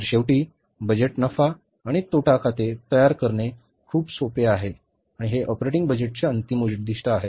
तर शेवटी बजेट नफा आणि तोटा खाते तयार करणे खूप सोपे आहे आणि हे ऑपरेटिंग बजेटचे अंतिम उद्दीष्ट आहे